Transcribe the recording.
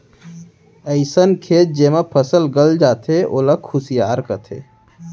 अइसन खेत जेमा फसल गल जाथे ओला खुसियार कथें